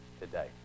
today